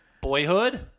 *Boyhood*